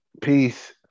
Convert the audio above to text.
Peace